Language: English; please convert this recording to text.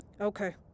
Okay